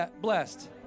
blessed